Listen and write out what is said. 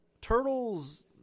turtles